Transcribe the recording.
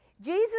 Jesus